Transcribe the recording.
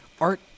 Art